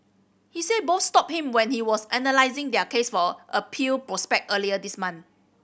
he said both stopped him when he was analysing their case for appeal prospect earlier this month